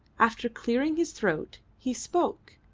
after clearing his throat he spoke.